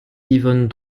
yvonne